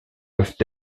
peuvent